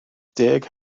deg